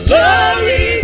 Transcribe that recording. Glory